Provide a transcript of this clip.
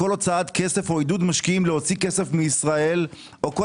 כל הוצאת כסף או עידוד משקיעים להוציא כסף מישראל או כל